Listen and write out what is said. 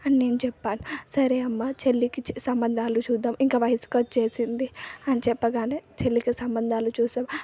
అని నేను చెప్పాను సరే అమ్మా చెల్లికి సంబంధాలు చూద్దాం ఇంక వయుసుకు వచ్చేసింది అని చెప్పగానే చెల్లికి సంబంధాలు చూసాం